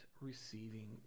receiving